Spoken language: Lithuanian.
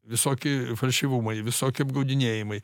visoki falšyvumai visoki apgaudinėjimai